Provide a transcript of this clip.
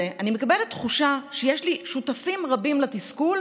אני מקבלת תחושה שיש לי שותפים רבים לתסכול,